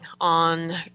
on